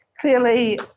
Clearly